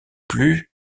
plus